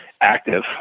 active